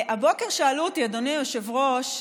הבוקר שאלו אותי, אדוני היושב-ראש,